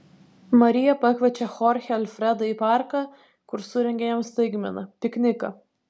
marija pakviečia chorchę alfredą į parką kur surengia jam staigmeną pikniką